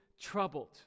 troubled